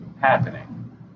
happening